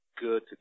good